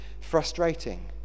frustrating